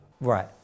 Right